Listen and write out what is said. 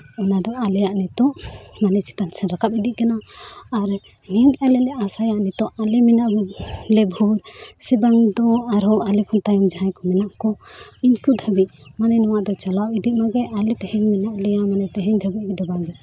ᱚᱱᱟ ᱫᱚ ᱟᱞᱮᱭᱟᱜ ᱱᱤᱛᱚᱜ ᱢᱟᱱᱮ ᱪᱮᱛᱟᱱ ᱥᱮᱫ ᱨᱟᱠᱟᱵᱽ ᱤᱫᱤᱜ ᱠᱟᱱᱟ ᱟᱨ ᱱᱤᱛ ᱟᱞᱮ ᱞᱮ ᱟᱥᱟᱥᱟᱭᱟ ᱱᱤᱛᱚ ᱟᱞᱮ ᱢᱮᱱᱟᱜ ᱞᱮᱜᱮ ᱵᱷᱳᱨ ᱥᱮ ᱵᱟᱝ ᱫᱚ ᱟᱨᱦᱚᱸ ᱟᱞᱮ ᱠᱷᱚᱱ ᱛᱟᱭᱚᱢ ᱡᱟᱦᱟᱸᱭ ᱠᱚ ᱢᱮᱱᱟᱜ ᱠᱚ ᱤᱱᱠᱩ ᱫᱷᱟᱹᱵᱤᱡ ᱢᱟᱱᱮ ᱱᱚᱣᱟ ᱫᱚ ᱪᱟᱞᱟᱣ ᱤᱫᱤᱜ ᱢᱟᱜᱮ ᱱᱟᱞᱮ ᱛᱮᱦᱮᱧ ᱢᱮᱱᱟᱜ ᱞᱮᱭᱟ ᱢᱟᱱᱮ ᱛᱮᱦᱮᱧ ᱫᱷᱟᱹᱵᱤᱡ ᱫᱚ ᱵᱟᱝ ᱜᱮ